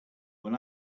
when